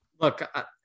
Look –